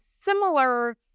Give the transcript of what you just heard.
similar